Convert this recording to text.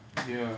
ya